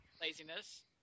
Laziness